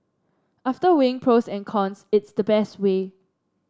after weighing pros and cons it's the best way